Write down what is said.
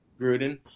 Gruden